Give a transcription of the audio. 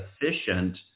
efficient